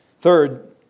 Third